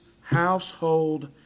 household